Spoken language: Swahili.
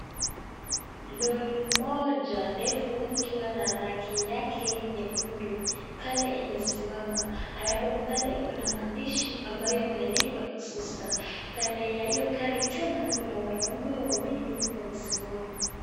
Lori moja refu likiwa na rangi yake nyekundu pale imesimama halafu pale kuna maandishi ambayo yameandikwa Exhauster . Kando ya hiyo gari tena kuna wanaume wawili wamesimama.